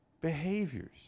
behaviors